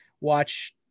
watch